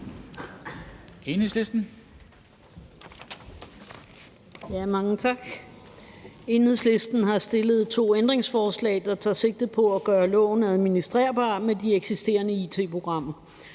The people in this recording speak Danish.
Enhedslisten har stillet to ændringsforslag, der tager sigte på at gøre loven administrerbar med de eksisterende it-programmer.